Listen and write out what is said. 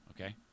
okay